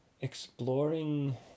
Exploring